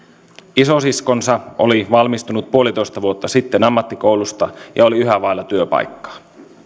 isosiskonsa oli valmistunut puolitoista vuotta sitten ammattikoulusta ja oli yhä vailla työpaikkaa